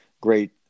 great